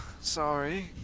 Sorry